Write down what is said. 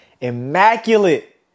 immaculate